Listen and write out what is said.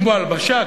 כמו הלבשה,